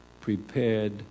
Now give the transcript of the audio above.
prepared